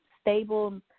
stable